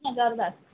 हां धाड धाड